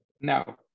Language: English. no